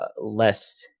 less